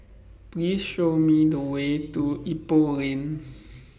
Please Show Me The Way to Ipoh Lane